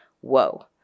Whoa